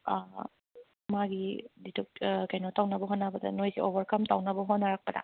ꯑꯥ ꯃꯥꯒꯤ ꯀꯩꯅꯣ ꯇꯧꯅꯕ ꯍꯣꯠꯅꯕꯗ ꯅꯣꯏꯁꯦ ꯑꯣꯕꯔꯀꯝ ꯇꯧꯅꯕ ꯍꯣꯠꯅꯔꯛꯄꯗ